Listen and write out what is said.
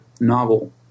novel